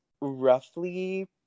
roughly